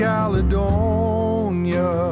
Caledonia